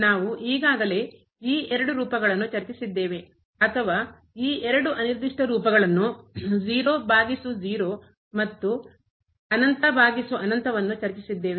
ನಾವು ಈಗಾಗಲೇ ಈ ಎರಡು ರೂಪಗಳನ್ನು ಚರ್ಚಿಸಿದ್ದೇವೆ ಅಥವಾ ಈ ಎರಡು ಅನಿರ್ದಿಷ್ಟ ರೂಪಗಳನ್ನು 0 ಬಾಗಿಸು 0 ಮತ್ತು ಅನಂತ ಬಾಗಿಸು ಅನಂತವನ್ನು ಚರ್ಚಿಸಿದ್ದೇವೆ